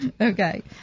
Okay